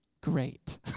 Great